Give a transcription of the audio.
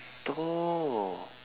thor